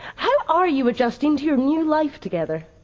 how are you adjusting to your new life together?